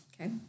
Okay